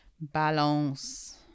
Balance